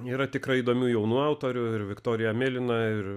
yra tikrai įdomių jaunų autorių ir viktorija mėlyna ir